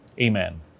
Amen